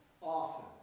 often